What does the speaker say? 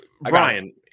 Brian